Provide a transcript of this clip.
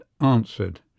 answered